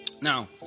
Now